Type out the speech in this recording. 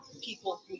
people